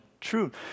truth